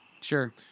Sure